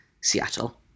seattle